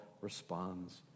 responds